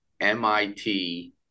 mit